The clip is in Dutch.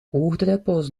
oogdruppels